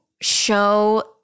show